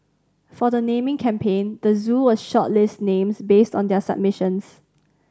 for the naming campaign the zoo will shortlist names based on the submissions